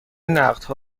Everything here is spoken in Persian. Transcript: نقدها